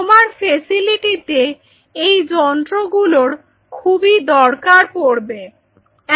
তোমার ফ্যাসিলিটিতে এই যন্ত্রগুলোর খুবই দরকার পড়বে Refer Time 1215